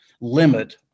limit